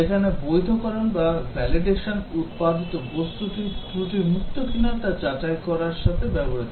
যেখানে বৈধকরণ উৎপাদিত বস্তুটি ত্রুটিমুক্ত কিনা তা নিশ্চিত করার সাথে সম্পর্কিত